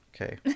okay